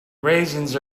raisins